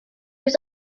was